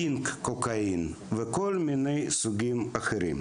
פינק קוקאין וכל מיני סוגים אחרים.